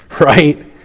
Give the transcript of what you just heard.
Right